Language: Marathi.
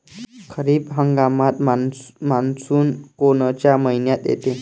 खरीप हंगामात मान्सून कोनच्या मइन्यात येते?